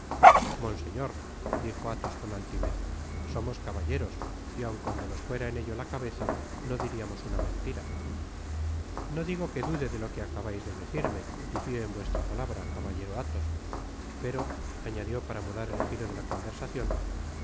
monseñor dijo athos con altivez somos caballeros y aun cuando nos fuera en ello la cabeza no diríamos una mentira no digo que dude de lo que acabais de decirme y fio en vuestra palabra caballero athos pero añadió para mudar el giro de la conversacion